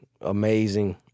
amazing